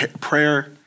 prayer